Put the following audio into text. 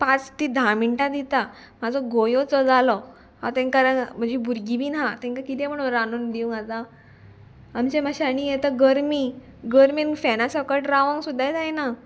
पांच ती धा मिनटां दिता म्हाजो गोंयोचो जालो हांव तांकां म्हजी भुरगीं बीन आहा तांकां किदें म्हणून रांदून दिवंक आतां आमचे मशांनी येता गरमी गर्मेन फेना सकट रावोंक सुद्दां जायना